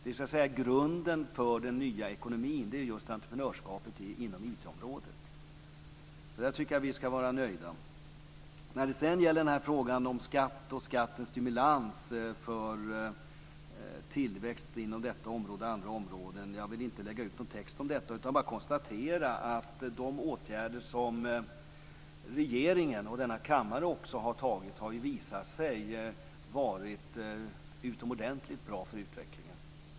Det är så att säga just entreprenörskapet inom IT-området som är grunden för den nya ekonomin, så där tycker jag att vi ska vara nöjda. När det sedan gäller frågan om skatt och skattens stimulans för tillväxt inom detta område och andra områden vill jag inte lägga ut någon text om det. Jag vill bara konstatera att de åtgärder som regeringen och denna kammare har vidtagit har visat sig vara utomordentligt bra för utvecklingen.